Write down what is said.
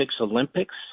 Olympics